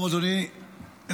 שלום, אדוני היושב-ראש.